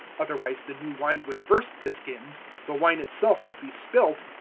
otherwise the new wine would burst the skins, the wine itself would be spilt,